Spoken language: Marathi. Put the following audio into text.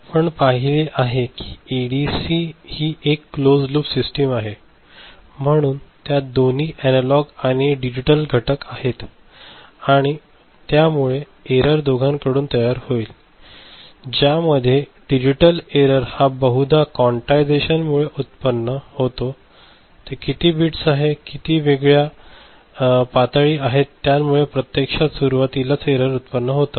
आपण पाहिले आहे की एडीसी हि एक क्लोझ लूप सिस्टम ठीक आहे म्हणून त्यात दोन्ही एनालॉग आणि डिजिटल घटक आहेत या मुळे एरर दोघांकडून तयार होईल ज्यामध्ये डिजीटल एरर हा बहुधा क्वान्टायझेशन मुळे उत्पन्न तर किती बिट्स आहेत आणि किती वेगळ्या पातळी आहेत त्या मुळे प्रत्यक्षात सुरवातीलाच एरर उत्पन्न होतात